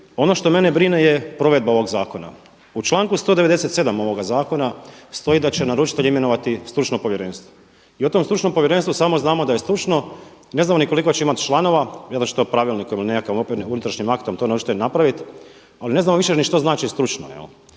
ono što mene brine je provedba ovog zakona. U članku 197. ovoga zakona stoji da će naručitelj imenovati stručno povjerenstvo. I o tom stručnom povjerenstvu samo znamo da je stručno, ne znamo ni koliko će imati članova, vjerojatno će to pravilnikom ili nekakvim …/Govornik se ne razumije./… unutrašnjim aktom to …/Govornik se ne razumije./… napraviti ali ne znamo više ni što znači stručno.